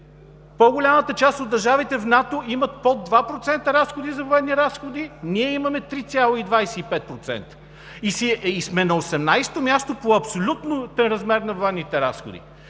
По-голямата част от държавите в НАТО имат под 2% за военни разходи – ние имаме 3,25%! И сме на 18-о място по абсолютен размер на военните разходи!